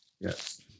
Yes